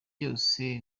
yose